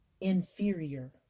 inferior